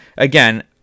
Again